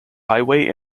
highway